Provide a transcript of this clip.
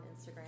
Instagram